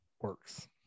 works